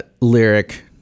lyric